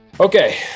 Okay